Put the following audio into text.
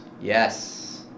Yes